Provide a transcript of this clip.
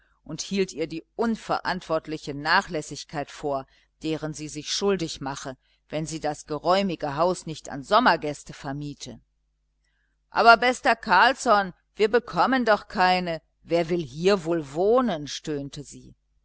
und hielt ihr die unverantwortliche nachlässigkeit vor deren sie sich schuldig mache wenn sie das geräumige haus nicht an sommergäste vermiete aber bester carlsson wir bekommen doch keine wer will hier wohl wohnen stöhnte sie